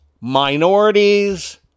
minorities